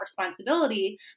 responsibility